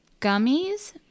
gummies